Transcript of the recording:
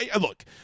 look